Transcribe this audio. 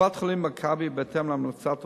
קופת-חולים "מכבי", בהתאם להמלצה הרפואית,